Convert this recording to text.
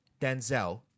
Denzel